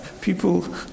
People